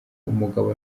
umugabo